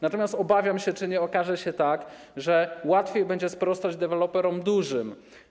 Natomiast obawiam się, czy nie okaże się tak, że łatwiej będzie sprostać temu deweloperom dużym.